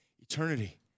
eternity